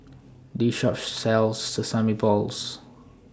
This Shop sells Sesame Balls